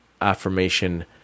affirmation